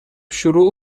شروع